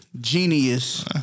Genius